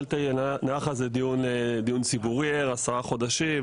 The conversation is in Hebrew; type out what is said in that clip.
נערך על זה דיון ציבורי כ-10 חודשים,